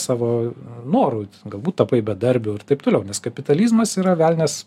savo noru galbūt tapai bedarbiu ir taip toliau nes kapitalizmas yra velnias